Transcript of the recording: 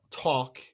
talk